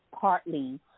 partly